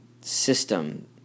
system